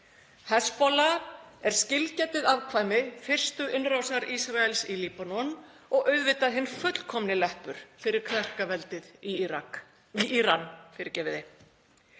Hezbollah er skilgetið afkvæmi fyrstu innrásar Ísraels í Líbanon og auðvitað hinn fullkomni leppur fyrir klerkaveldið í Íran.